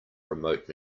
remote